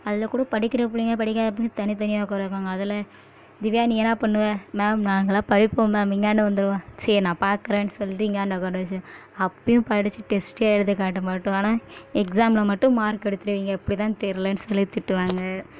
அதில் கூட படிக்கிற பிள்ளைங்க படிக்காத பிள்ளைங்க தனித்தனியாக உக்கார வைப்பாங்க அதெல்லாம் திவ்யா நீ என்னா பண்ணுவ மேம் நாங்கெல்லாம் படிப்போம் மேம் இந்தாண்ட வந்துடுவேன் சரி நான் பார்க்கறேன்னு சொல்லிட்டு இந்தாண்ட உட்க்கார வச்சு அப்போயும் படிச்சு டெஸ்ட்டு எழுதி காட்ட மாட்டோம் ஆனால் எக்ஸாமில் மட்டும் மார்க் எடுத்துருவீங்க எப்படி தான் தெரிலன்னு சொல்லி திட்டுவாங்க